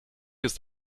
ist